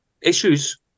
issues